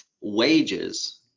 wages